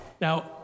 now